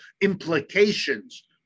implications